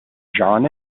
john